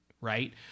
right